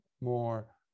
more